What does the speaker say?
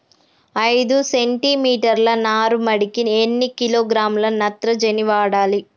ఐదు సెంటి మీటర్ల నారుమడికి ఎన్ని కిలోగ్రాముల నత్రజని వాడాలి?